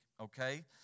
Okay